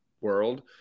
world